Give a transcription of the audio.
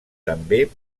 també